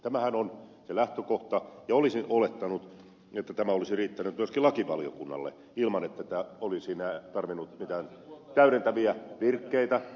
tämähän on se lähtökohta ja olisin olettanut että tämä olisi riittänyt myöskin lakivaliokunnalle ilman että tämä olisi tarvinnut mitään täydentäviä virkkeitä